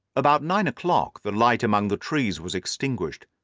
about nine o'clock the light among the trees was extinguished,